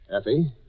Effie